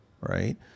right